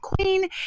Queen